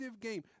game